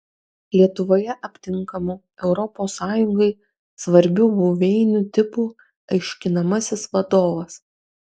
lietuvoje aptinkamų europos sąjungai svarbių buveinių tipų aiškinamasis vadovas